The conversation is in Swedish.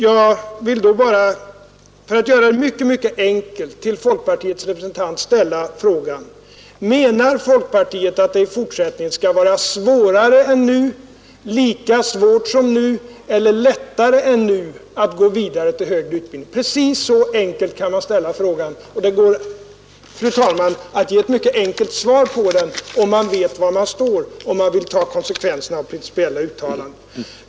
Jag vill då bara, för att göra det mycket, mycket enkelt, till folkpartiets representant ställa frågan: Menar folkpartiet att det i fortsättningen skall vara svårare än nu, lika svårt som nu eller lättare än nu att gå vidare till högre utbildning? Precis så enkelt kan man ställa frågan, och det går, fru talman, att ge ett mycket enkelt svar på den, om man vet var man står och om man vill ta konsekvenserna av principiella uttalanden.